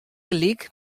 gelyk